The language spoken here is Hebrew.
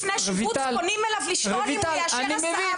לפני שיבוץ פונים אליו לשאול אם הוא יאשר הסעה,